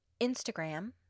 Instagram